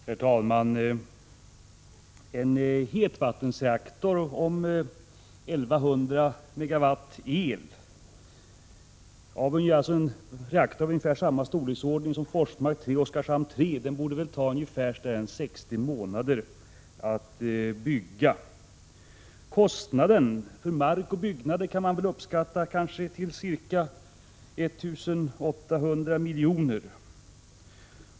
Herr talman! En hetvattensreaktor om 1 100 megawatt el, en reaktor i ungefär samma storleksordning som Forsmark 3 eller Oskarshamn 3, borde ta ca 60 månader att bygga. Kostnaden för mark och byggnader kan uppskattas till ca 1 800 miljoner.